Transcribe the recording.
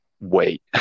wait